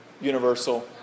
universal